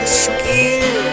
skin